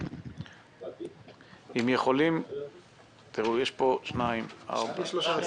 שיר, את יכולה בחדר